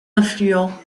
affluent